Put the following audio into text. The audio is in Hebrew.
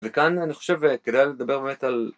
וכאן אני חושב כדאי לדבר באמת על